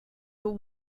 but